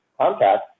contact